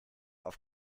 auf